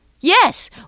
Yes